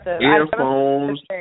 Earphones